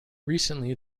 recently